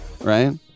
right